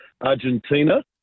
Argentina